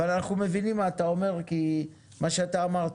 אנחנו מבינים מה אתה אומר כי מה שאתה אמרת,